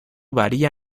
varía